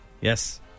Yes